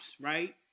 right